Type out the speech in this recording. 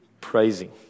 praising